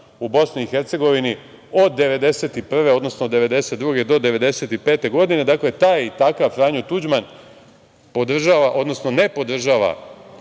u BiH od 1991. odnosno 1992. godine do 1995. godine, taj i takav Franjo Tuđman ne podržava